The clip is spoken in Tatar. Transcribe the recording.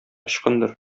ычкындыр